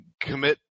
commit